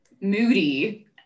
moody